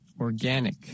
organic